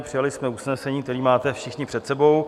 Přijali jsme usnesení, které máte všichni před sebou.